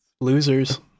Losers